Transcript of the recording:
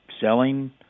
selling